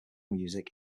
music